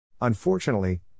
Unfortunately